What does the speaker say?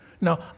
Now